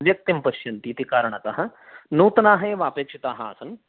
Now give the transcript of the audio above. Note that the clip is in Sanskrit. व्यक्तिं पश्यन्ति इति कारणतः नूतनाः एव अपेक्षिताः आसन्